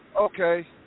Okay